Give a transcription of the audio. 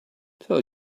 tell